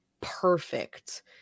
perfect